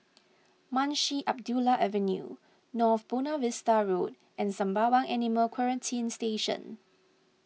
Munshi Abdullah Avenue North Buona Vista Road and Sembawang Animal Quarantine Station